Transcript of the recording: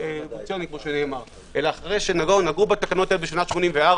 אבולוציוני כפי שנאמר אלא אחרי שנגעו בתקנות האלה ב-84',